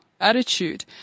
attitude